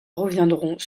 reviendront